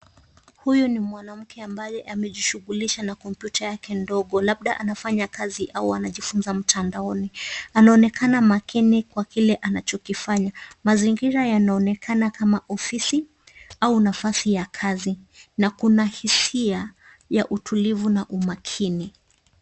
Huyu ni mwanamke ambaye amejishughulisha na kompyuta yake ndogo labda anafanya kazi au anajifunza mtandaoni. Anaonekana makini kwa kile anachokifanya. Mazingira yanaonekana kama ofisi au nafasi ya kazi, na kuna hisia ya utulivu na umakini.